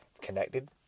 connected